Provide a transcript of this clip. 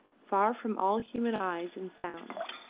far from all human eyes and sounds.